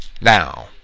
Now